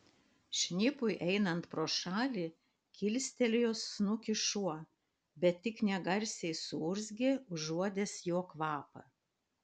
šnipui einant pro šalį kilstelėjo snukį šuo bet tik negarsiai suurzgė užuodęs jo kvapą